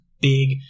big